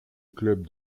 club